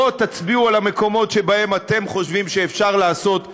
בואו תצביעו על המקומות שבהם אתם חושבים שאפשר לעשות יותר.